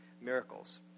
miracles